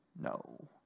No